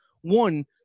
one